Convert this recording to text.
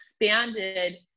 expanded